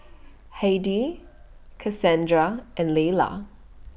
Heidi Kassandra and Leyla